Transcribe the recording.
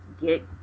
get